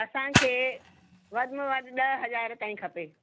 असांखे वधि में वधि ॾह हज़ार ताईं खपे